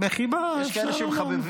בחיבה, אפשר --- יש כאלה שמחבבים.